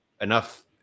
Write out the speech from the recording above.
enough